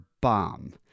bomb